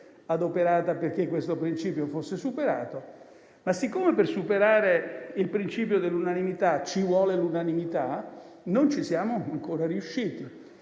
adoperata perché questo principio fosse superato, ma, siccome per superare il principio dell'unanimità, ci vuole l'unanimità, non ci siamo ancora riusciti.